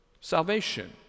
salvation